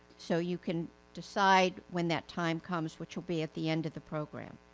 so, you can decide when that time comes which will be at the end of the program.